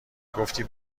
گفتی